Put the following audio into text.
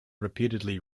repeatedly